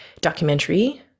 documentary